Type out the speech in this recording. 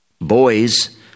Boys